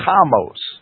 Kamos